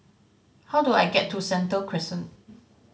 how do I get to Sentul Crescent